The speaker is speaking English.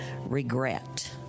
regret